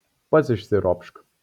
pats išsiropšk